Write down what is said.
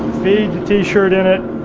feed the t-shirt in it,